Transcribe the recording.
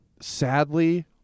sadly